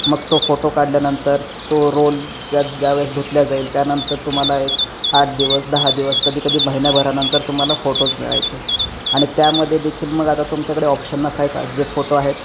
मग तो फोटो काढल्यानंतर तो रोल ज्या ज्यावेळेस धुतले जाईल त्यानंतर तुम्हाला एक आठ दिवस दहा दिवस कधी कधी महिन्याभरानंतर तुम्हाला फोटोज मिळायचे आणि त्यामध्ये देखील मग आता तुमच्याकडे ऑप्शन नसायचा जे फोटो आहेत